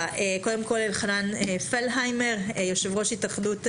אלחנן פלהיימר, יושב-ראש התאחדות הסטודנטים,